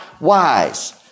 wise